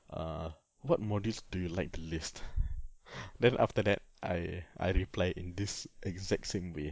err what modules do you like the least then after that I I reply in this exact same way